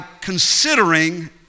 considering